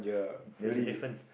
there's a difference